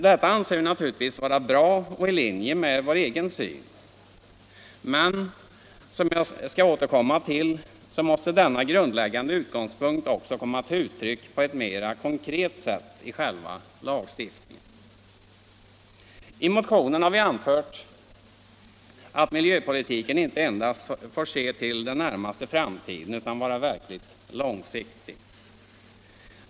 Detta anser vi naturligtvis vara bra och i linje med vår egen syn, men — som jag skall återkomma till — måste denna grundläggande utgångspunkt också komma till uttryck på ett mera konkret sätt i själva lagstiftningen. I motionen har vi anfört att miljöpolitiken inte endast får se till den närmaste framtiden utan måste vara verkligt långsiktig.